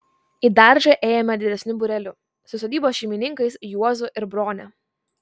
į daržą ėjome didesniu būreliu su sodybos šeimininkais juozu ir brone